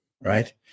right